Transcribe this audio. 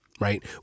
Right